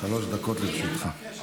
שלוש דקות לרשותך.